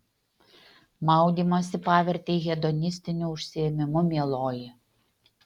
maudymąsi pavertei hedonistiniu užsiėmimu mieloji